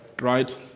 right